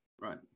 right